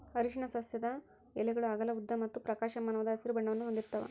ಅರಿಶಿನ ಸಸ್ಯದ ಎಲೆಗಳು ಅಗಲ ಉದ್ದ ಮತ್ತು ಪ್ರಕಾಶಮಾನವಾದ ಹಸಿರು ಬಣ್ಣವನ್ನು ಹೊಂದಿರ್ತವ